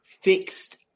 fixed